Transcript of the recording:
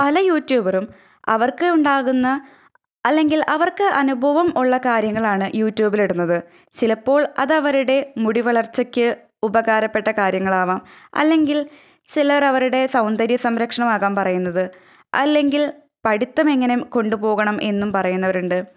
പല യൂറ്റൂബറും അവര്ക്ക് ഉണ്ടാകുന്ന അല്ലെങ്കില് അവര്ക്ക് അനുഭവം ഉള്ള കാര്യങ്ങളാണ് യൂറ്റൂബിലിടുന്നത് ചിലപ്പോള് അത് അവരുടെ മുടി വളര്ച്ചക്ക് ഉപകാരപ്പെട്ട കാര്യങ്ങളാവാം അല്ലെങ്കില് ചിലർ അവരുടെ സൗന്ദര്യ സംരക്ഷണമാകാം പറയുന്നത് അല്ലെങ്കില് പഠിത്തം അങ്ങനെ കൊണ്ടുപോകണം എന്നും പറയുന്നവരുണ്ട്